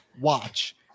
watch